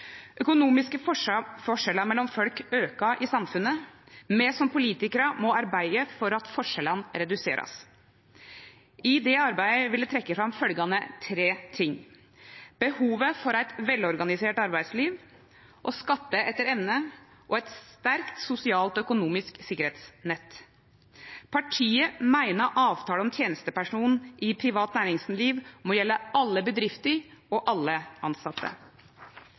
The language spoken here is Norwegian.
Økonomiske forskjellar mellom folk aukar i samfunnet. Me som politikarar må arbeide for at forskjellane blir reduserte. I det arbeidet vil eg trekkje fram følgjande tre ting: behovet for eit velorganisert arbeidsliv, å skatte etter evne og eit sterkt sosialt økonomisk sikkerheitsnett. Partiet meiner avtaler om tenestepensjon i privat næringsliv må gjelde alle bedrifter og alle